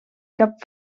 cap